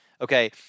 Okay